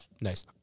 Nice